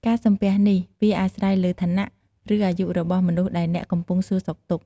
ការសំពះនេះ វាអាស្រ័យលើឋានៈ ឬអាយុរបស់មនុស្សដែលអ្នកកំពុងសួរសុខទុក្ខ។